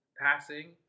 Passing